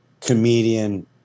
comedian